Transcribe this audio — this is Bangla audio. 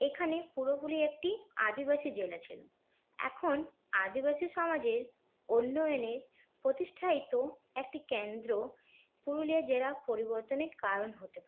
এখানে পুরো পুরি একটি আদিবাসী জেলা ছিল এখন আদিবাসী সমাজের উন্নয়নে প্রতিষ্ঠাহিত একটি কেন্দ্র পুরুলিয়া জেলা পরিবর্তনের কারণ হতে পারে